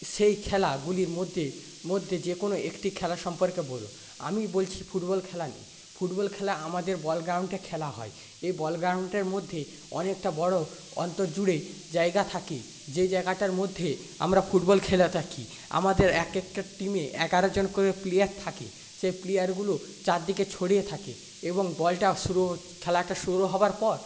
সেই খেলাগুলির মধ্যে মধ্যে যে কোনো একটি খেলা সম্পর্কে বলুন আমি বলছি ফুটবল খেলা নিয়ে ফুটবল খেলা আমাদের বল গ্রাউন্ডে খেলা হয় এই বল গ্রাউন্ডের মধ্যে অনেকটা বড় জুড়ে জায়গা থাকে যে জায়গাটার মধ্যে আমরা ফুটবল খেলে থাকি আমাদের এক একটা টিমে এগারো জন করে প্লেয়ার থাকে সেই প্লেয়ারগুলো চারদিকে ছড়িয়ে থাকে এবং বলটা শুরু খেলাটা শুরু হওয়ার পর